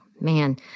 man